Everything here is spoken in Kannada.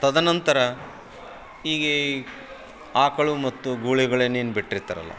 ತದನಂತರ ಈಗ ಆಕಳು ಮತ್ತು ಗೂಳಿಗಳನ್ನೇನು ಬಿಟ್ಟಿರ್ತಾರಲ್ಲ